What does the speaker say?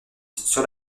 sur